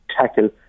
tackle